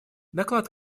доклад